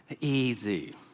easy